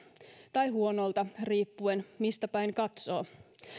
tai huonolta riippuen mistä päin katsoo